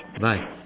bye